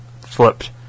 flipped